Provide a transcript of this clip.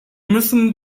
müssen